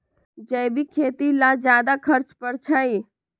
जैविक खेती ला ज्यादा खर्च पड़छई?